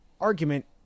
argument